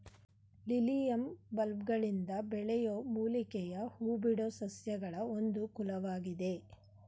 lilium ಬಲ್ಬ್ಗಳಿಂದ ಬೆಳೆಯೋ ಮೂಲಿಕೆಯ ಹೂಬಿಡೋ ಸಸ್ಯಗಳ ಒಂದು ಕುಲವಾಗಿದೆ